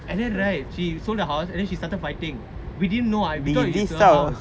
and then right she sold the house then she started fighting we didn't know I we thought it's her house